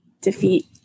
defeat